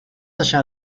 allá